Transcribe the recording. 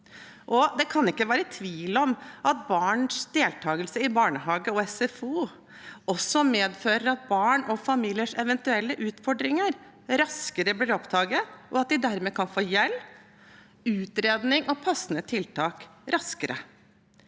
Det kan ikke være tvil om at barns deltakelse i barnehage og SFO også medfører at barn og familiers eventuelle utfordringer raskere blir oppdaget, og at de dermed kan få hjelp, utredning og passende tiltak raskere.